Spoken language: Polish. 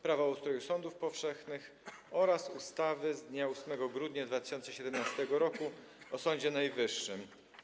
Prawo o ustroju sądów powszechnych oraz ustawy z dnia 8 grudnia 2017 roku o Sądzie Najwyższym.